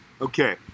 Okay